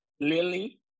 Lily